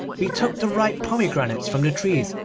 we took the ripe pomegranates from the trees,